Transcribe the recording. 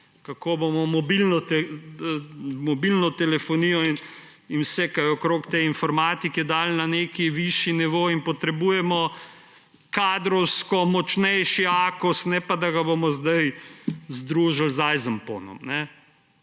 Kako bomo mobilno telefonijo in vse kar je okrog te informatike dali na višji nivo in potrebujemo kadrovsko močnejši Akos, ne pa da ga bomo zdaj združili z ajzenponom.